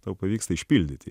tau pavyksta išpildyti